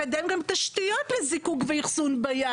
מקדם גם תשתיות לזיקוק ואחסון בים.